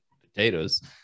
potatoes